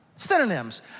Synonyms